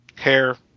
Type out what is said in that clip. Hair